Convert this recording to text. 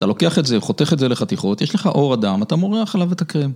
אתה לוקח את זה, חותך את זה לחתיכות, יש לך עור אדם, אתה מורח עליו את הקרם.